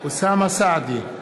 אוסאמה סעדי,